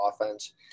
offense